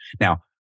Now